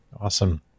Awesome